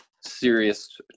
serious